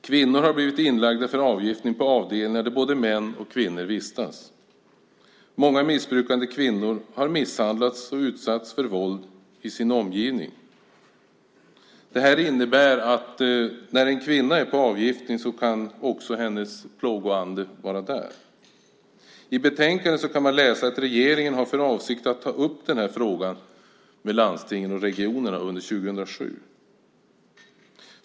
Kvinnor har blivit inlagda för avgiftning på avdelningar där både män och kvinnor vistas. Många missbrukande kvinnor har misshandlats och utsatts för våld i sin omgivning. Det här innebär att när en kvinna är på avgiftning så kan också hennes plågoande vara där. I betänkandet kan man läsa att regeringen har för avsikt att ta upp den här frågan med landstingen och regionerna under 2007.